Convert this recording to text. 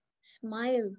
smile